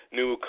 new